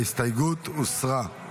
ההסתייגות הוסרה.